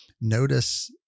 Notice